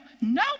No